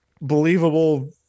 believable